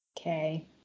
Okay